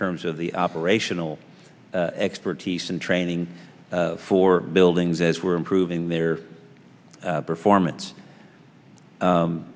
terms of the operational expertise and training for buildings as we're improving their performance